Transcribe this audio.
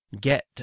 get